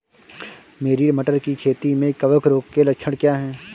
मेरी मटर की खेती में कवक रोग के लक्षण क्या हैं?